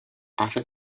hace